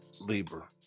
Libra